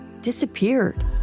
disappeared